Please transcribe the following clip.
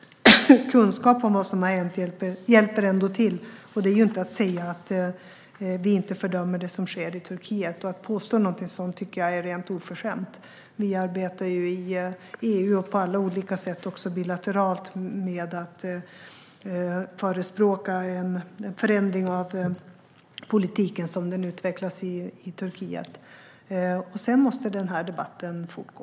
Kunskap om vad som har hänt hjälper ändå till. Det är inte detsamma som att vi inte fördömer det som sker i Turkiet. Att påstå något sådant är rent oförskämt. Vi arbetar i EU och på olika sätt också bilateralt med att förespråka förändring av politiken som den utvecklas i Turkiet. Sedan måste den här debatten fortgå.